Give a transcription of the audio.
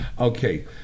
Okay